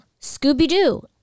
Scooby-Doo